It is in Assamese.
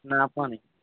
নাই পোৱা নি